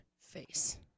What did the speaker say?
face